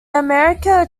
america